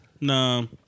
No